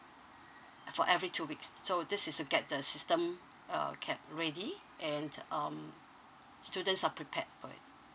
uh for every two weeks so this is to get the system uh kept ready and um students are prepared for it